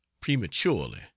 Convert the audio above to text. prematurely